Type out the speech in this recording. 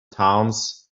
towns